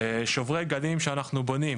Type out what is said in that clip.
שוברי גלים שאנחנו בונים,